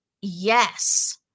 yes